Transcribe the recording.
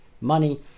money